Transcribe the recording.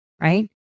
right